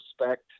respect